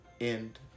End